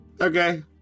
Okay